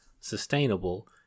sustainable